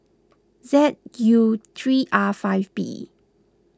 Z U three R five B